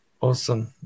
Awesome